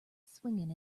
swinging